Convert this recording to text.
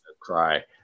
cry